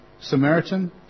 Samaritan